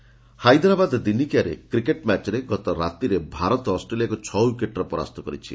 cricket ODI Hyderabad ଦିନିକିଆରେ cricket ମ୍ୟାଚ୍ରେ ଗତରାତିରେ ଭାରତ ଅଷ୍ଟ୍ରେଲିଆକୁ ଛଅ ୱିକେଟ୍ରେ ପରାସ୍ତ କରିଛି